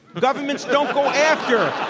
governments don't go after